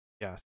Yes